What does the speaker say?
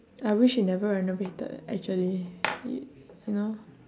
I wish it never renovated actually y~ you know